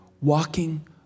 walking